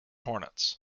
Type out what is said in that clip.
hornets